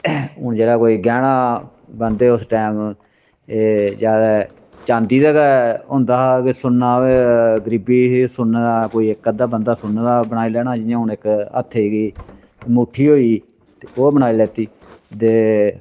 हून जेह्ड़ा कोई गैह्ना बन्धे उस टाइम एह् ज्यादा चांदी दे गै होंदा हा सुन्ना ते गरीबी ही सुन्ने दा कोई इक अद्धा बन्धा सुन्ने दा बनाई लैना हून जियां इक हत्थे दी ङूठी होई ओह् बनाई लैती दे